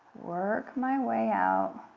work my way out